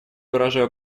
выражаю